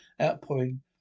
outpouring